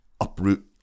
uproot